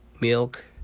milk